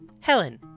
Helen